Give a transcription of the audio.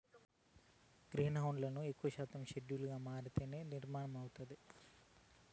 గ్రీన్హౌస్లను ఎక్కువ శాతం షెడ్ ల మాదిరిగానే నిర్మిత్తారు